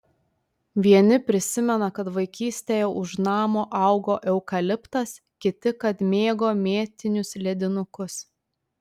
vieni prisimena kad vaikystėje už namo augo eukaliptas kiti kad mėgo mėtinius ledinukus